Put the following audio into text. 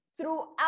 throughout